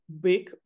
big